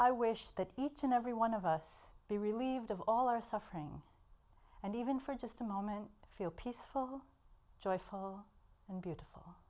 i wish that each and every one of us be relieved of all our suffering and even for just a moment feel peaceful joyful and beautiful